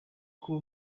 kuba